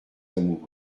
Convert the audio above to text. amoureux